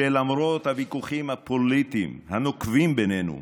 שלמרות הוויכוחים הפוליטיים הנוקבים בינינו,